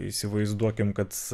įsivaizduokim kad